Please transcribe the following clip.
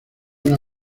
una